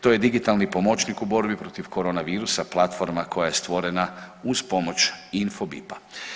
To je digitalni pomoćnik u borbi protiv korona virusa platforma koja je stvorena uz pomoć Infobipa.